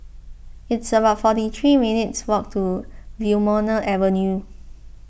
it's about forty three minutes' walk to Wilmonar Avenue